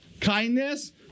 kindness